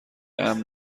امن